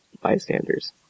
bystanders